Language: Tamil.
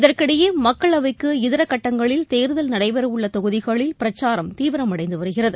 இதற்கிடையேமக்களவைக்கு இதரகட்டங்களில் தேர்தல் நடைபெறவுள்ளதொகுதிகளில் பிரச்சாரம் தீவிரமடைந்துவருகிறது